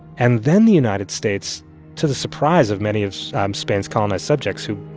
and then the united states to the surprise of many of spain's colonized subjects, who,